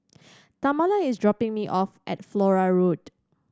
Tamala is dropping me off at Flora Road